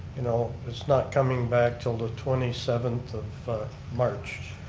you know, that's not coming back til the twenty seventh of march.